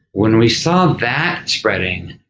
when we saw that spreading,